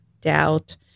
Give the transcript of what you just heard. doubt